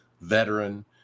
veteran